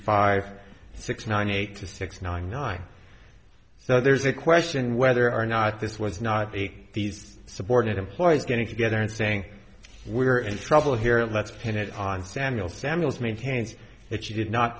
five six nine eight six nine nine so there's a question whether or not this was not a these subordinate employees getting together and saying we're in trouble here let's pin it on samuel samuels maintains that you did not